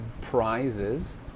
prizes